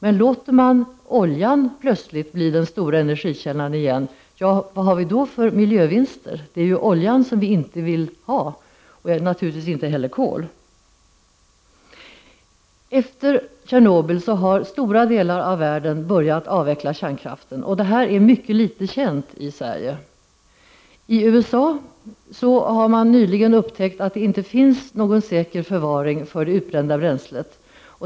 Men om man plötsligt låter oljan återigen bli den stora energikällan, vilka miljövinster får vi då? Det är ju oljan som vi inte vill ha, och naturligtvis inte heller kol. Efter Tjernobyl har man i stora delar av världen börjat avveckla kärnkraf ten. Detta är mycket litet känt i Sverige. I USA har man nyligen upptäckt att det inte finns någon säker förvaring för det utbrända bränslet.